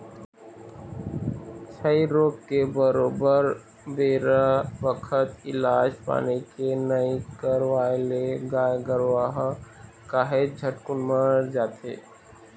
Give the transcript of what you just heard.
छई रोग के बरोबर बेरा बखत इलाज पानी के नइ करवई ले गाय गरुवा ह काहेच झटकुन मर जाथे